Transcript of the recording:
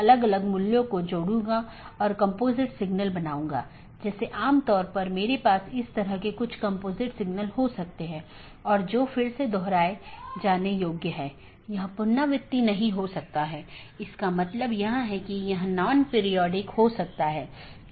अब अगर हम BGP ट्रैफ़िक को देखते हैं तो आमतौर पर दो प्रकार के ट्रैफ़िक होते हैं एक है स्थानीय ट्रैफ़िक जोकि एक AS के भीतर ही होता है मतलब AS के भीतर ही शुरू होता है और भीतर ही समाप्त होता है